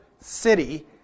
city